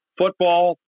football